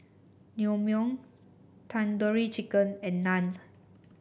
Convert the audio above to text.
Naengmyeon Tandoori Chicken and Naan